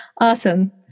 Awesome